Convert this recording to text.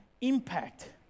impact